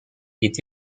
est